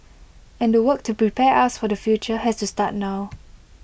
and the work to prepare us for the future has to start now